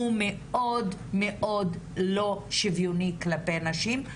הוא מאוד מאוד לא שוויוני כלפי נשים.